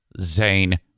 Zane